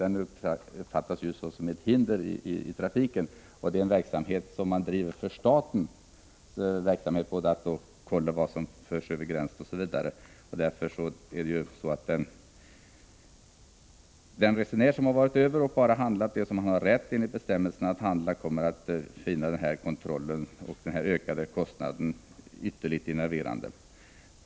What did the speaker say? Den uppfattas som ett hinder i trafiken. Det är en verksamhet som drivs för staten när den kontrollerar vad som förs över gränserna. Den resenär som varit över gränsen och bara handlat det han har rätt att handla kommer att finna denna kontroll och den ökade kostnaden ytterligt enerverande.